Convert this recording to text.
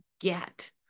get